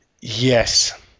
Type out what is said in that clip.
Yes